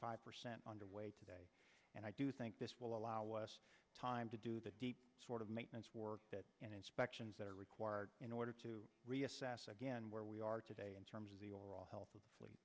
five percent underway today and i do think this will allow us time to do the sort of maintenance work and inspections that are required in order to reassess again where we are today in terms of the overall health